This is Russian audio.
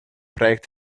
проект